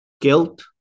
Guilt